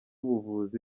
ubuvuzi